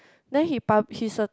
then he pub~ he's a